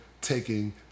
taking